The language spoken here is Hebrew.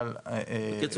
אבל --- בקיצור,